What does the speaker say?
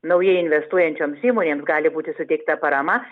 naujai investuojančioms įmonėms gali būti suteikta parama